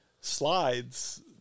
slides